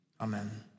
Amen